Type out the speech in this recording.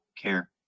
care